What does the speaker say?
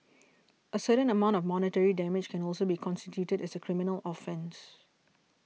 a certain amount of monetary damage can also be constituted as a criminal offence